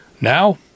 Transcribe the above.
Now